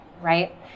right